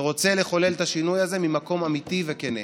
ורוצה לחולל את השינוי הזה ממקום אמיתי וכן.